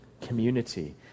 community